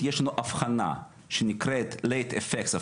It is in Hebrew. יש לנו קשר טוב והסכמי עבודה.